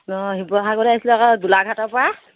অঁ শিৱসাগলৈ আছিলোঁ আকৌ গোলাঘাটৰপৰা